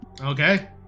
Okay